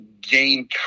gain